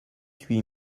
huit